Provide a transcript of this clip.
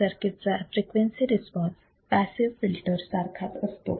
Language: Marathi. सर्किटचा फ्रिक्वेन्सी रिस्पॉन्स पॅसिव्ह फिल्टर सारखाच असतो